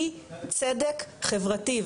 היא צדק חברתי.